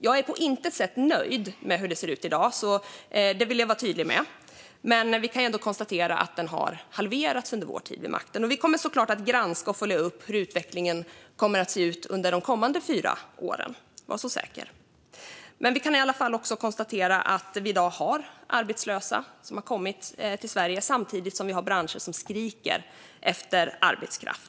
Jag är på intet sätt nöjd med hur det ser ut i dag; det vill jag vara tydlig med. Men man kan ändå konstatera att den har halverats under vår tid vid makten. Vi kommer såklart även att granska och följa upp hur utvecklingen ser ut under de kommande fyra åren, var så säker! Vi kan i alla fall också konstatera att vi i dag har arbetslösa som har kommit till Sverige och att vi samtidigt har branscher som skriker efter arbetskraft.